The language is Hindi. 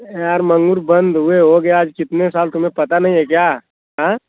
यार मंगुर बंद हुए हो गया कितने साल तुम्हें पता नहीं है क्या हाँ